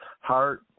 heart